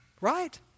right